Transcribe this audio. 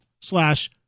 slash